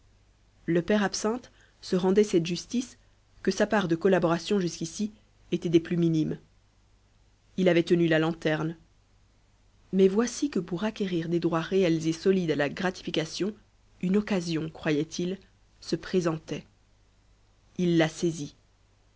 le père absinthe se rendait cette justice que sa part de collaboration jusqu'ici était des plus minimes il avait tenu la lanterne mais voici que pour acquérir des droits réels et solides à la gratification une occasion croyait-il se présentait il la saisit